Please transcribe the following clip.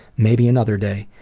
maybe another day.